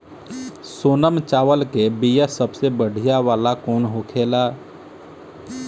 सोनम चावल के बीया सबसे बढ़िया वाला कौन होखेला?